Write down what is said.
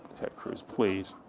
ted cruz, please.